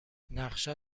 نقشت